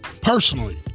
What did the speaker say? Personally